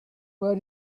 where